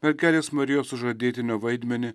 mergelės marijos sužadėtinio vaidmenį